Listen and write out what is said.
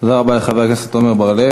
תודה רבה לחבר הכנסת עמר בר-לב.